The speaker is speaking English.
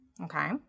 okay